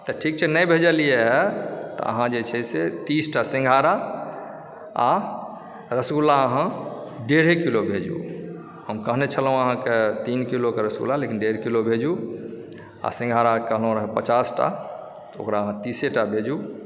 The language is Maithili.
तऽ ठीक छै नहि भेजलिए तऽ अहाँ जे छै से तीसटा सिङ्घारा आओर रसगुल्ला अहाँ डेढ़े किलो भेजू हम कहने छलौहँ अहाँके तीन किलो कऽ रसगुल्ला डेढ़ किलो भेजू आओर सिङ्घारा कहने रहौं पचासटा ओकरा अहाँ तीसेटा भेजू